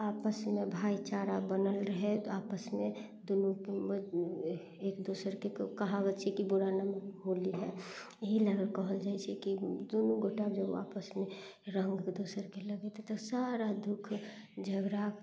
आपसमे भाइचारा बनल रहय आपसमे दुनू एक दोसरके कहावत छै कि बुरा ना मानो होली है एहि लागल कहल जाइ छै कि दुनू गोटा जब आपसमे रङ्ग एक दोसरके लगेतइ तऽ सारा दुःख झगड़ा